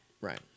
Right